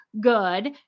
good